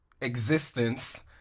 existence